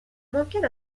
ممکن